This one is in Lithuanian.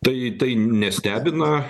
tai tai nestebina